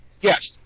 yes